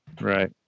Right